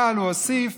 אבל הוא הוסיף